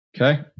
Okay